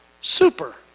Super